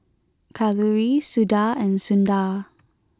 Kalluri Suda and Sundar